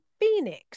Phoenix